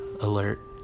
alert